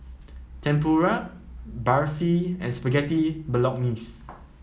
Tempura Barfi and Spaghetti Bolognese